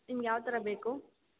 ನಿಮ್ಗೆ ಯಾವ ಥರ ಬೇಕು